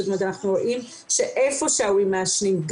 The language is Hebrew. אנחנו רואים שהיכן שההורים מעשנים,